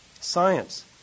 science